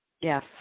Yes